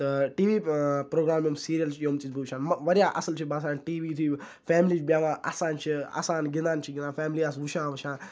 تہٕ TV program یِم serial چھِ یِم چھُس بہٕ وٕچھان مہ واریاہ اَصٕل چھِ باسان ٹی وی تہِ یُہ فیملی چھِ بیٚہوان اَسان چھِ اَسان گِنٛدان چھِ گِنٛدان چھِ فیملی آسان وٕچھان وٕچھان